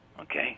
Okay